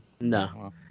no